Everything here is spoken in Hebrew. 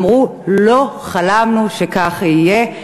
אמרו: לא חלמנו שכך יהיה,